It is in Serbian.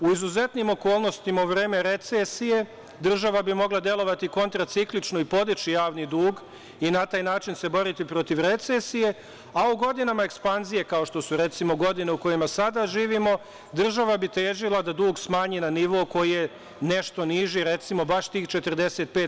U izuzetnim okolnostima u vreme recesije država bi mogla delovati kontraciklično i podići javni dug i na taj način se boriti protiv recesije, a u godinama ekspanzije, kao što su recimo godine u kojima sada živimo, država bi težila da dug smanji na nivo koji je nešto niži, recimo baš tih 45%